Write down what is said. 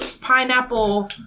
pineapple